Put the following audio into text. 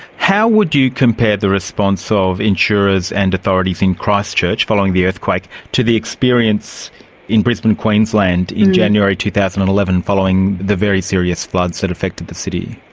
how would you compare the response of insurers and authorities in christchurch following the earthquake to the experience in brisbane, queensland, in january two thousand and eleven following the very serious floods that affected the city?